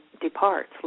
departs